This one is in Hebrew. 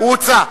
הוא הוצא.